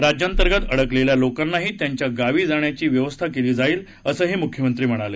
राज्यांतर्गत अडकलेल्या लोकांनाही त्यांच्या गावी जाण्याची व्यवस्था केली जाईल असंही मुख्यमंत्री म्हणाले